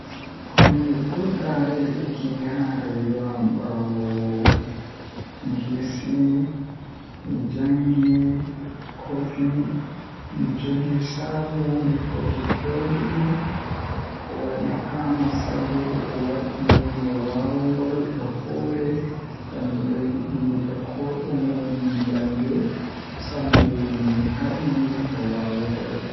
Komi ɓurɗaa yiɗuki haa rayuwa am baawo mi hisii mi jaangii ko fi, mi njogii sabu mi foti feewi ɗum. Ko waɗi faama sabu o waɗi no waawugol e hoore, ngam mi ɗo yeddi e ko ɗum woni ndaarnde, sabu mi haɗi no waawugol.